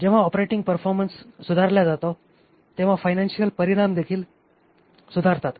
जेव्हा operating performance सुधारल्या जातो तेव्हा फायनान्शियल परिणामदेखील सुधारतात